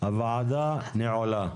הוועדה נעולה.